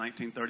1930